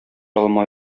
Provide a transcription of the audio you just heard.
алма